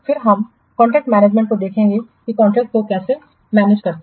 फिर हम इस कॉन्ट्रैक्ट मैनेजमेंट मैनेजमेंट को देखेंगे कि कॉन्ट्रैक्ट कैसे मैनेज करें